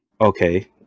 Okay